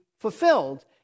fulfilled